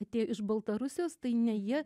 atėjo iš baltarusijos tai ne jie